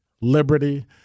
liberty